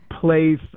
place